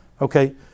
Okay